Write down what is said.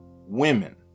women